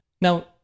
Now